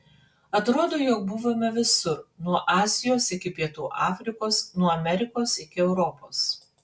atrodo jog buvome visur nuo azijos iki pietų afrikos nuo amerikos iki europos